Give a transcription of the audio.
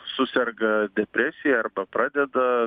suserga depresija arba pradeda